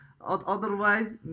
otherwise